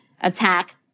attack